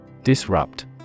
Disrupt